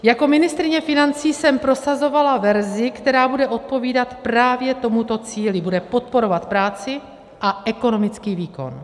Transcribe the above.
Jako ministryně financí jsem prosazovala verzi, která bude odpovídat právě tomuto cíli, bude podporovat práci a ekonomický výkon.